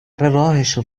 راهشون